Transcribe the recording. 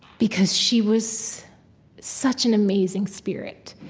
because she was such an amazing spirit.